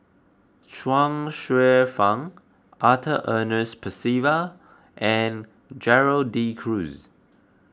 Chuang Hsueh Fang Arthur Ernest Percival and Gerald De Cruz